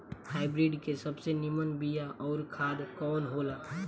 Hybrid के सबसे नीमन बीया अउर खाद कवन हो ला?